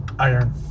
Iron